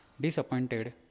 Disappointed